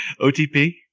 OTP